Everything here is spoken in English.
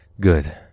Good